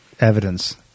evidence